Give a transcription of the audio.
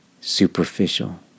superficial